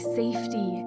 safety